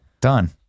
Done